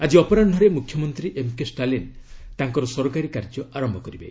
ଆକି ଅପରାହ୍କରେ ମୁଖ୍ୟମନ୍ତ୍ରୀ ଏମ୍କେଷ୍ଟାଲିନ ତାଙ୍କର ସରକାରୀ କାର୍ଯ୍ୟ ଆରମ୍ଭ କରିବେ